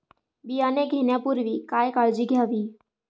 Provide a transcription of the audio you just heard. बियाणे घेण्यापूर्वी काय काळजी घ्यावी?